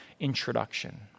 introduction